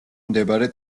მდებარე